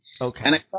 Okay